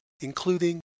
including